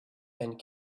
and